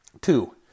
Two